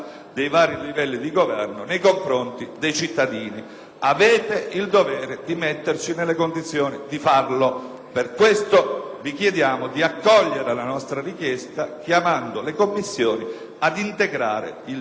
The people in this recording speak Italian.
Avete il dovere di metterci nelle condizioni di farlo. Per questo vi chiediamo di accogliere la richiesta da noi avanzata, chiamando le Commissioni ad integrare il pur positivo lavoro svolto.